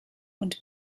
und